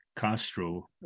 Castro